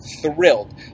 thrilled